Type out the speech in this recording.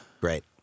Great